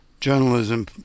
journalism